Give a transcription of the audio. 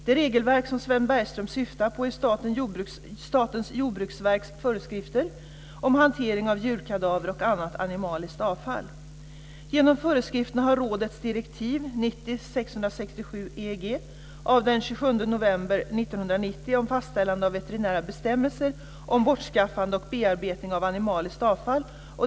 Det regelverk som Sven Bergström syftar på är Statens jordbruksverks föreskrifter om hantering av djurkadaver och annat animaliskt avfall.